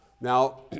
Now